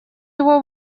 его